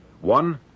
One